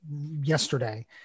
yesterday